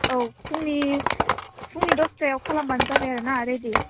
औ फुंनि फुंनि दस्थायाव खालामबानो जाबाय आरो ना रेदि